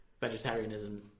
Vegetarianism